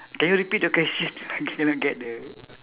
can you repeat the question I cannot get the